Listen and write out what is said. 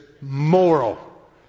moral